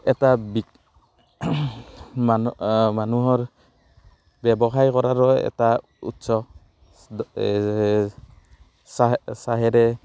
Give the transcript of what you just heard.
এটা বি মানুহৰ ব্যৱসায় কৰাৰো এটা উৎস চা চাহেৰে